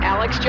Alex